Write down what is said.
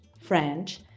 French